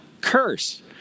curse